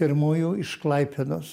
pirmųjų iš klaipėdos